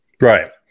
Right